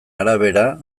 arabera